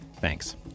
Thanks